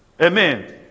Amen